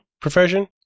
profession